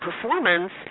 performance